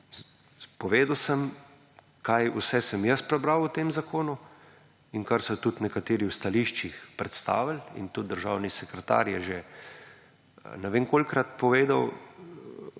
Povedal sem, kaj vse sem jaz prebral v tem zakonu in kar so tudi nekateri v stališčih predstavili in tudi državni sekretar je že ne vem kolikokrat povedal,